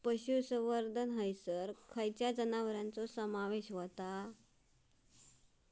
पशुसंवर्धन हैसर खैयच्या जनावरांचो समावेश व्हता?